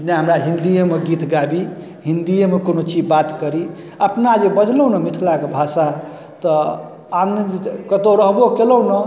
तेँ हमरा हिन्दिएमे गीत गाबी हिन्दिएमे कोनो चीज बात करी अपना जे बजलहुँ ने मिथिलाके भाषा तऽ आब ने जे कतहु रहबो केलहुँ ने